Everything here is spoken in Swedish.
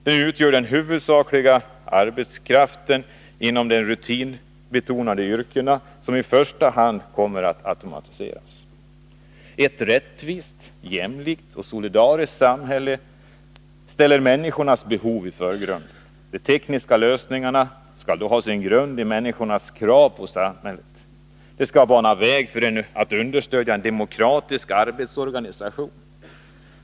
De utgör den huvudsakliga arbetskraften inom de rutinbetonade yrken som i första hand kommer att automatiseras. Ett rättvist, jämlikt och solidariskt samhälle ställer människornas behov i förgrunden. De tekniska lösningarna skall ha sin grund i människors krav på samhället. De skall bana väg för och understödja en demokratisk arbetsorganisation.